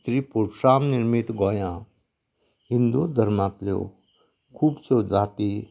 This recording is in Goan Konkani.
श्री पुरशाम निर्मीत गोंयान हिंदू धर्मांतल्यो खूबश्यो जाती